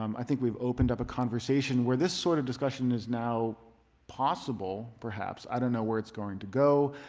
um i think we've opened up a conversation where this sort of discussion is now possible perhaps. i don't know where it's going to go.